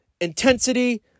intensity